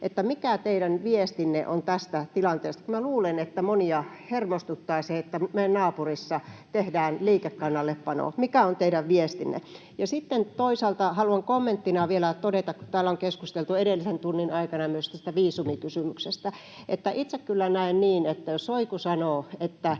niin mikä teidän viestinne on tästä tilanteesta? Luulen, että monia hermostuttaa se, että meidän naapurissa tehdään liikekannallepano. Mikä on teidän viestinne? Sitten toisaalta haluan kommenttina vielä todeta, kun täällä on keskusteltu edellisen tunnin aikana myös tästä viisumikysymyksestä, että itse kyllä näen niin, että jos Šoigu sanoo,